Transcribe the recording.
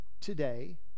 today